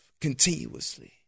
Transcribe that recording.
continuously